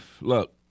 look